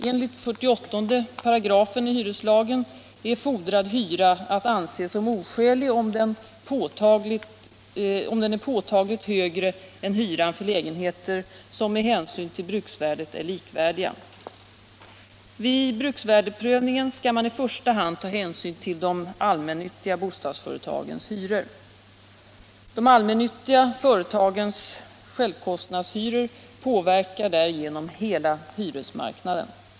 Enligt 48 § hyreslagen är fordrad hyra att anse som oskälig, om den är påtagligt högre än hyran för lägenheter som med hänsyn till bruksvärdet är likvärdiga. Vid bruksvärdesprövning skall man i första hand ta hänsyn till de allmännyttiga bostadsföretagens hyror. De allmännyttiga företagens självkostnadshyror påverkar därigenom hela hyresmarknaden.